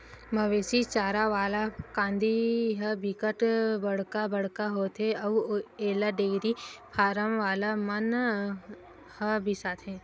मवेशी चारा वाला कांदी ह बिकट बड़का बड़का होथे अउ एला डेयरी फारम वाला मन ह बिसाथे